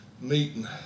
meeting